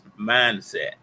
mindset